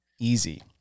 easy